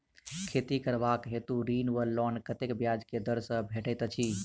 खेती करबाक हेतु ऋण वा लोन कतेक ब्याज केँ दर सँ भेटैत अछि?